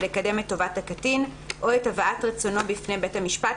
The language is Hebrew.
לקדם את טובת הקטין או את הבאת רצונו בפני בית המשפט,